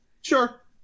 Sure